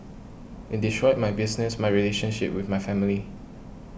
it destroyed my business my relationship with my family